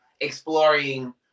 exploring